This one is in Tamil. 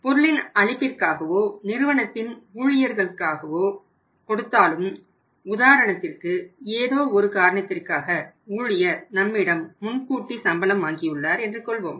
பொருளின் அளிப்பிற்காகவோ நிறுவனத்தின் ஊழியர்களுக்காகவோ கொடுத்தாலும் உதாரணத்திற்கு ஏதோ ஒரு காரணத்திற்காக ஊழியர் நம்மிடம் முன்கூட்டி சம்பளம் வாங்கி உள்ளார் என்று கொள்வோம்